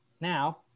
now